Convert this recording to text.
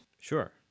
Sure